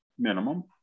minimum